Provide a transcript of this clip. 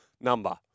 number